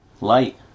Light